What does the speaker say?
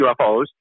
UFOs